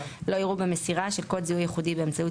לא יראו במסירה של קוד זיהוי ייחודי באמצעות